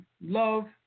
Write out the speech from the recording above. love